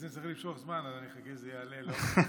אני צריך למשוך זמן, אבל חיכיתי שזה יעלה, לא?